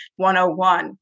101